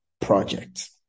project